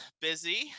busy